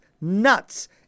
nuts